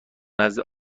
نزد